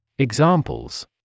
Examples